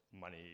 money